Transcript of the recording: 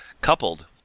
Coupled